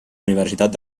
universitat